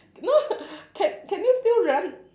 no ca~ can you still run